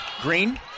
Green